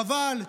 חבל שפיו,